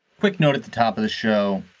quick note, at the top of the show,